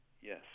yes